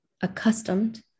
accustomed